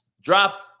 Drop